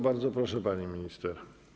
Bardzo proszę, pani minister.